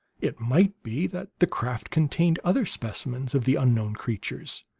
it might be that the craft contained other specimens of the unknown creatures.